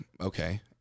okay